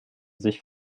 sich